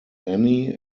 anne